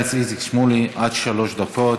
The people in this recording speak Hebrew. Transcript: חבר הכנסת איציק שמולי, עד שלוש דקות,